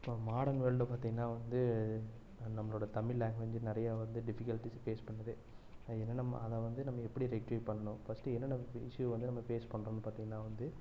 இப்போ மார்டன் வேர்ல்டுல பார்த்தீங்கன்னா வந்து நம்மளோட தமிழ் லாங்குவேஜ் நிறையா வந்து டிஃபிகல்ட்டிஸ் ஃபேஸ் பண்ணுது அது என்ன அதை வந்து நம்ம எப்படி ரெக்டிஃபை பண்ணும் ஃபர்ஸ்ட்டு என்னென்ன இஷ்ஸு வந்து நம்ம ஃபேஸ் பண்ணுறோம்னு பார்த்தீங்கன்னா வந்து